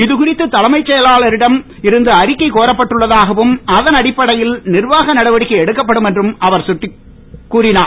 இதுகுறித்து தலைமைச் செயலரிடம் இருந்து அறிக்கை கோரப்பட்டுள்ளதாகவும் அதன் அடிப்படையில் நிர்வாக நடவடிக்கை எடுக்கப்படும் என்றும் அவர் கூறியுள்ளார்